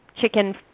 chicken